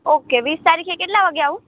okay વીસ તારીખે કેટલા વાગે આવું